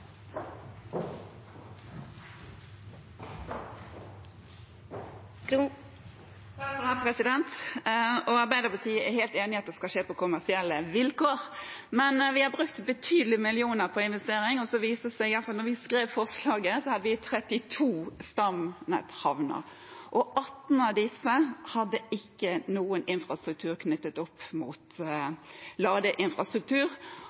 helt enig i at det skal skje på kommersielle vilkår, men vi har brukt et betydelig antall millioner på investeringer, og så viste det seg – det var i hvert fall slik da vi skrev forslaget – at det er 32 stamnetthavner, og 18 av disse hadde ikke noen infrastruktur knyttet opp mot